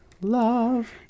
love